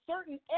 certain